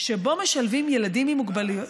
שבו משלבים ילדים עם מוגבלויות.